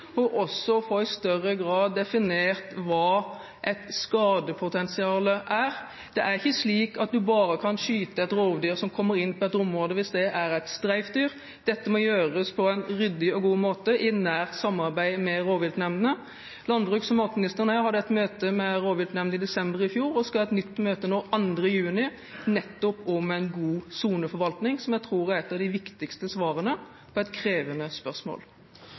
og også i større grad få definert hva et skadepotensial er. Det er ikke slik at man bare kan skyte et rovdyr som kommer inn på et område, hvis det er et streifdyr. Dette må gjøres på en ryddig og god måte i nært samarbeid med rovviltnemndene. Landbruks- og matministeren og jeg hadde et møte med rovviltnemndene i desember i fjor og skal ha et nytt møte nå 2. juni nettopp om en god soneforvaltning, som jeg tror er ett av de viktigste svarene på et krevende spørsmål.